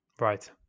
Right